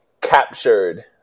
captured